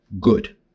Good